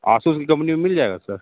Asus की company में मिल जाएगा सर